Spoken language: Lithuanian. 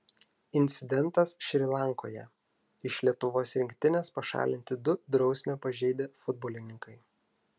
incidentas šri lankoje iš lietuvos rinktinės pašalinti du drausmę pažeidę futbolininkai